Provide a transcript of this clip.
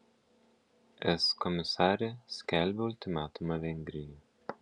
es komisarė skelbia ultimatumą vengrijai